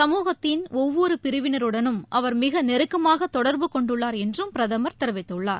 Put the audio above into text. சமுகத்தின் ஒவ்வொரு பிரிவினருடனும் அவர் மிக நெருக்கமாக தொடர்பு கொண்டுள்ளார் என்றும் பிரதமர் தெரிவித்துள்ளார்